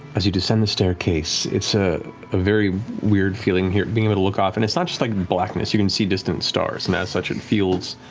as you descend the staircase, it's a very weird feeling here, being able to look off and it's not just like blackness, you can see distant stars, and as such it feels,